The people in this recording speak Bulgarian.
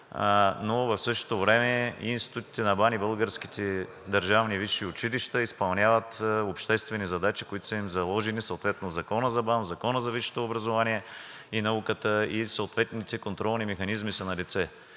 но в същото време и институтите на БАН, и българските държавни висши училища изпълняват обществени задачи, които са им заложени съответно в Закона за БАН, в Закона за висшето образование, и съответните контролни механизми са налице.